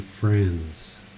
Friends